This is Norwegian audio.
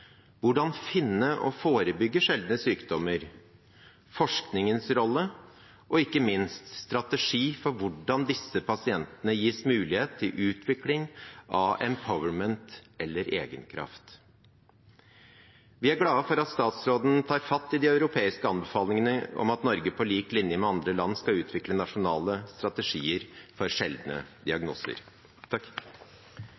hvordan finne og forebygge sjeldne sykdommer, forskningens rolle og ikke minst en strategi for hvordan disse pasientene gis mulighet til utvikling av «empowerment» eller egenkraft. Vi er glade for at statsråden tar fatt i de europeiske anbefalingene om at Norge på lik linje med andre land skal utvikle nasjonale strategier for sjeldne